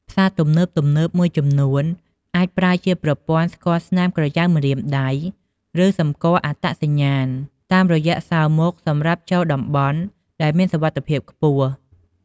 ផ្សារទំនើបៗមួយចំនួនអាចប្រើជាប្រព័ន្ធស្គាល់ស្នាមក្រយៅម្រាមដៃ ឬសម្គាល់អត្តសញ្ញាណតាមរយៈសោរមុខសម្រាប់ចូលតំបន់ដែលមានសុវត្ថិភាពខ្ពស់។